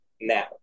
now